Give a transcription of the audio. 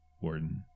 warden